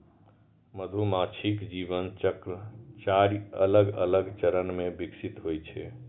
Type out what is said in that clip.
मधुमाछीक जीवन चक्र चारि अलग अलग चरण मे विकसित होइ छै